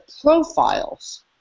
profiles